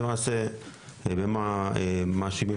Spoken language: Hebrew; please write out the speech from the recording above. למעשה במה מאשימים